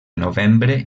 novembre